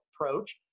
approach